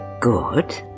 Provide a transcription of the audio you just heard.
Good